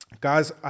Guys